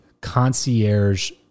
concierge